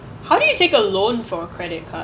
how do you take a loan for a credit card